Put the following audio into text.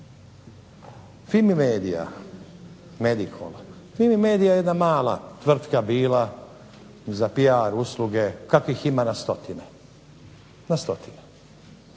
FIMI MEDIA, Medikol – FIMI MEDIA je jedna mala tvrtka bila za PR usluge kakvih ima na stotine, na stotine.